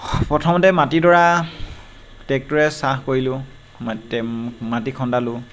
প্ৰথমতে মাটিডৰা ট্ৰেক্টৰে চাহ কৰিলোঁ মাটিতে মাটি খন্দালোঁ